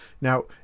Now